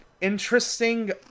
interesting